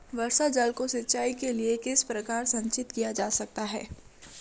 वर्षा जल को सिंचाई के लिए किस प्रकार संचित किया जा सकता है?